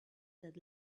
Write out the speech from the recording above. that